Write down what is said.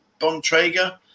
Bontrager